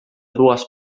dues